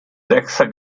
sechster